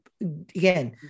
again